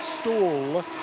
stall